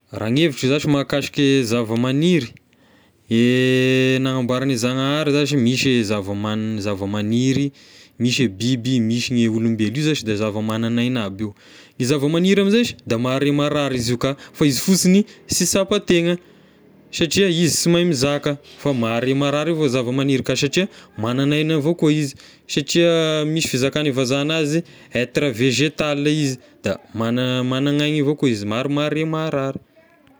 Raha ny hevitro zashy mahakasiky e zavamaniry, e nanamboaran'ny zanahary zashy, misy zavam- zavamaniry, misy e biby, misy gne olombelo, io zashy de zavamanan'aina aby io, e zavamaniry amizay shy, da mahare marary izy io ka fa izy fosigny sy sampan-tegna satria izy sy mahay mizaka fa mahare marary avao e zavamaniry ka satria manan'aina avao koa izy, satria misy fizakany vazaha anazy être vegetale izy da magna- manan'aigna avao koa izy, mari- mahare marary.